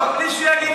זה שר מצוין,